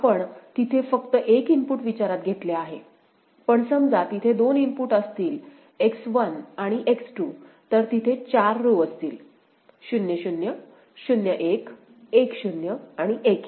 आपण तिथे फक्त एक इनपुट विचारात घेतले आहे पण समजा तिथे दोन इनपुट असतील X1 आणि X2 तर तिथे 4 रो असतील 0 0 0 1 1 0 and 1 1